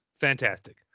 fantastic